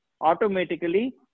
automatically